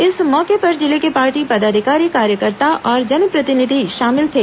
इस मौके पर जिले के पार्टी पदाधिकारी कार्यकर्ता और जनप्रतिनिधि शामिल थे